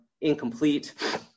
incomplete